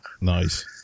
nice